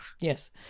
Yes